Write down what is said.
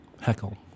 Heckle